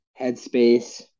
headspace